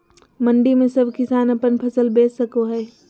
मंडी में सब किसान अपन फसल बेच सको है?